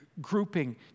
grouping